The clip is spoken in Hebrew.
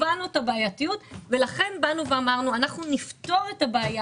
הבנו את הבעייתיות ולכן באנו ואמרנו שאנחנו נפתור את הבעיה